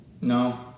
No